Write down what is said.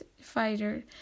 fighter